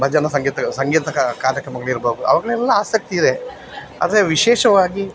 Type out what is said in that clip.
ಭಜನೆ ಸಂಗೀತ ಸಂಗೀತ ಕಾರ್ಯಕ್ರಮಗಳು ಇರ್ಬೋದು ಅವುಗಳೆಲ್ಲ ಆಸಕ್ತಿಯಿದೆ ಅದರೆ ವಿಶೇಷವಾಗಿ